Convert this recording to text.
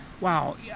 wow